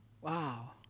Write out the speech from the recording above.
Wow